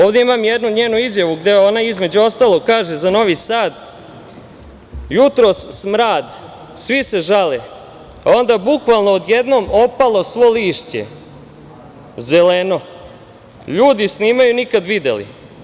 Ovde imam jednu njenu izjavu gde ona između ostalog kaže za Novi Sad – jutros smrad, svi se žale, onda bukvalno odjednom opalo svo lišće, zeleno, ljudi snimaju, nikad videli.